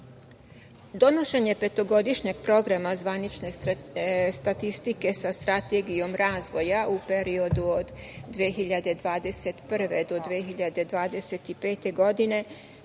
sproveden. Donošenje Petogodišnjeg programa zvanične statistike sa Strategijom razvoja u periodu od 2021. do 2025. godine